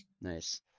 Nice